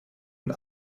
und